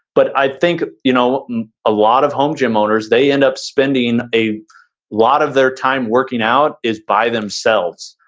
but i think you know a lot of home gym owners, they end up spending a lot of their time working out is by themselves,